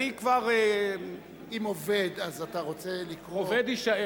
אם עובד, אז אתה רוצה לקרוא, "עובד" יישאר.